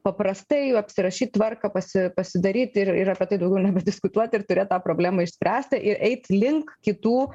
paprastai apsirašyt tvarką pasi pasidaryt ir ir apie tai daugiau nebediskutuot ir turėt tą problemą išspręstą ir eit link kitų